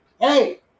Hey